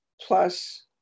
plus